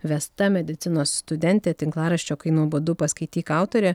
vesta medicinos studentė tinklaraščio kai nuobodu paskaityk autorė